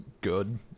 good